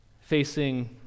facing